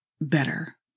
better